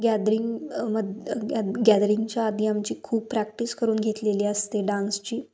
gathering म गॅ गॅदरिंगच्या आधी आमची खूप प्रॅक्टिस करून घेतलेली असते डान्सची